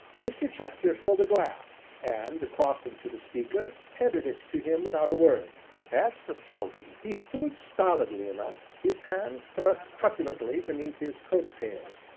mr chester filled a glass, and crossing to the speaker, tendered it to him without a word as for selby, he stood stolidly enough, his hands thrust truculently beneath his coat-tails,